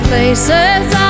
Places